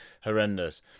horrendous